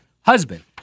husband